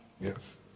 Yes